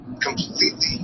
completely